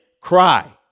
cry